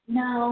no